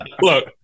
Look